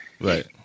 right